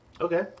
Okay